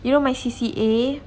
you know my C_C_A